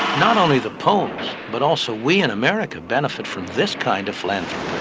not only the poles, but also we in america benefit from this kind of philanthropy.